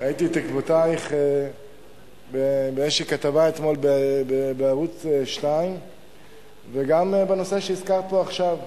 ראיתי את עקבותייך באיזה כתבה אתמול בערוץ-2 וגם בנושא שהזכרת פה עכשיו,